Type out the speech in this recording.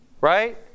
Right